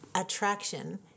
attraction